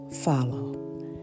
follow